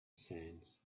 sands